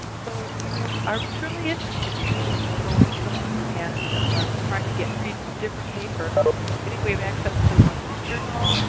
so if you are truly interested in journalism and trying to get read some different papers i think we have access to the wall street journal,